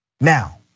Now